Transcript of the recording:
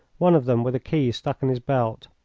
one of them with a key stuck in his belt.